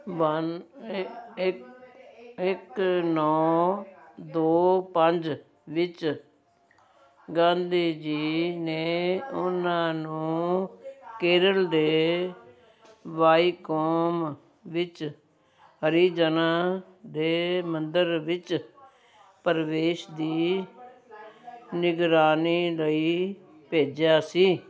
one ਇੱਕ ਇੱਕ ਨੌਂ ਦੋ ਪੰਜ ਵਿੱਚ ਗਾਂਧੀ ਜੀ ਨੇ ਉਹਨਾਂ ਨੂੰ ਕੇਰਲ ਦੇ ਵਾਇਕੋਮ ਵਿੱਚ ਹਰਿਜਨਾਂ ਦੇ ਮੰਦਰ ਵਿੱਚ ਪ੍ਰਵੇਸ਼ ਦੀ ਨਿਗਰਾਨੀ ਲਈ ਭੇਜਿਆ ਸੀ